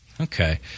Okay